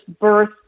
birth